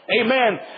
Amen